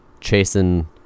chasing